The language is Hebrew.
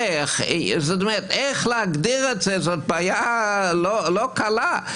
איך להגדיר את זה זאת בעיה לא קלה,